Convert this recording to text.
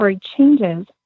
changes